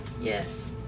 yes